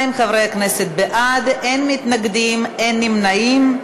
92 חברי כנסת בעד, אין מתנגדים, אין נמנעים.